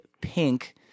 pink